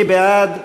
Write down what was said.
מי בעד?